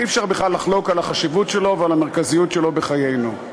אי-אפשר בכלל לחלוק על החשיבות ועל המרכזיות שלו בחיינו.